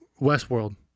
Westworld